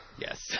Yes